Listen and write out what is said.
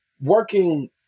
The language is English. working